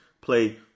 play